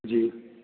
जी